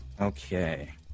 Okay